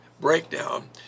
breakdown